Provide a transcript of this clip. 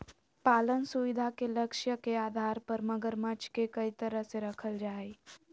पालन सुविधा के लक्ष्य के आधार पर मगरमच्छ के कई तरह से रखल जा हइ